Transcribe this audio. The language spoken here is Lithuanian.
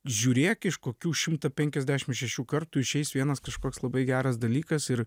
žiūrėk iš kokių šimtą penkiasdešim šešių kartų išeis vienas kažkoks labai geras dalykas ir